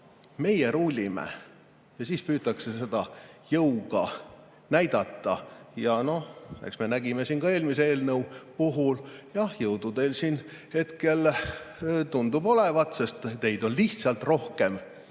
Meie rullime, ja siis püütakse seda jõuga näidata. Eks me nägime seda ka eelmise eelnõu puhul. Jah, jõudu teil siin hetkel tundub olevat, sest teid on lihtsalt rohkem.